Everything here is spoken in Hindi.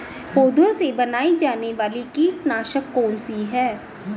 पौधों से बनाई जाने वाली कीटनाशक कौन सी है?